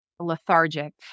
lethargic